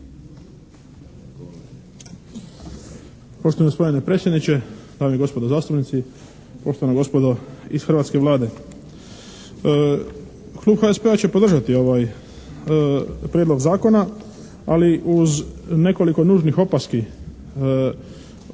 Klub HSP-a će podržati ovaj Prijedlog zakona ali uz nekoliko nužnih opaski